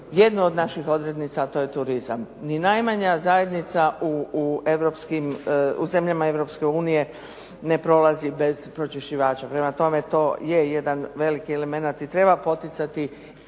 jednu od naših odrednica, a to je turizam. Ni najmanja zajednica u zemljama Europske unije ne prolazi bez pročišćivača, prema tome to je jedan veliki elemenat i treba poticati,